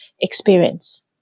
experience